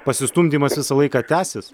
pasistumdymas visą laiką tęsis